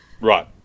Right